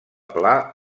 pla